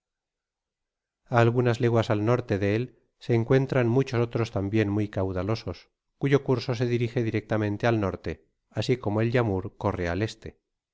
a algunas leguas al norte de él se encuentran muchos otros tambien muy caudalosos cuyo curso se dirige directamente al norte asi como el yamúr corre al este